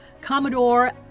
Commodore